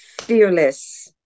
fearless